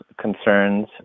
concerns